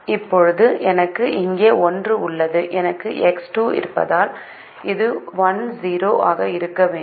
இப்போது எனக்கு இங்கே 1 உள்ளது எனக்கு எக்ஸ் 2 இருப்பதால் இது 1 0 ஆக இருக்க வேண்டும்